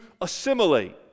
assimilate